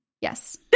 Yes